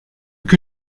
que